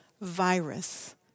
virus